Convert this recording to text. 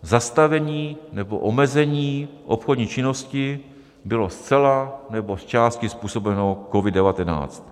Zastavení nebo omezení obchodní činnosti bylo zcela nebo zčásti způsobeno COVID19.